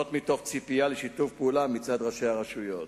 מתוך ציפייה לשיתוף פעולה מצד ראשי הרשויות.